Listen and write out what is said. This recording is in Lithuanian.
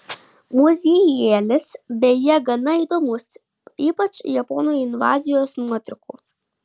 muziejėlis beje gana įdomus ypač japonų invazijos nuotraukos